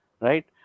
right